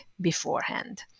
beforehand